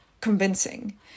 convincing